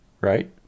Right